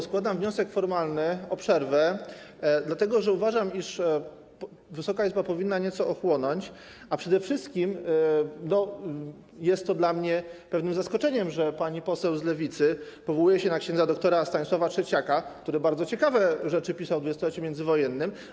Składam wniosek formalny o przerwę, dlatego że uważam, iż Wysoka Izba powinna nieco ochłonąć, a przede wszystkim jest to dla mnie pewnym zaskoczeniem, że pani poseł z Lewicy powołuje się na ks. dr Stanisława Trzeciaka, który bardzo ciekawe rzeczy pisał w dwudziestoleciu międzywojennym.